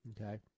okay